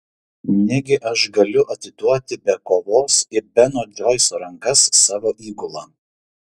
negi aš galiu atiduoti be kovos į beno džoiso rankas savo įgulą